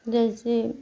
جیسے